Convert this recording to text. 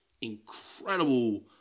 incredible